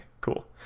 cool